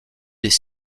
des